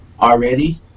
already